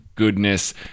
goodness